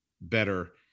better